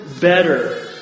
better